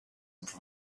have